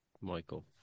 Michael